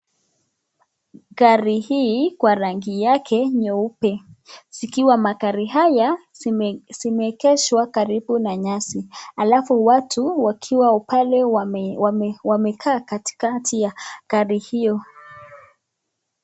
Gari hii kwa rangi yake nyeupe, zikiwa magari haya zimeegeshwa karibu na nyasi alafu watu wakiwa pale wamekaa katikati ya gari hio.